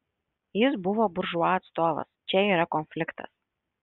jis buvo buržua atstovas čia yra konfliktas